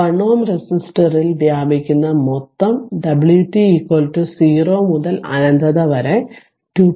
അതിനാൽ 1 Ω റെസിസ്റ്ററിൽ വ്യാപിക്കുന്ന മൊത്തം w t 0 മുതൽ അനന്തത വരെ 2